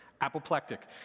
apoplectic